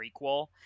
prequel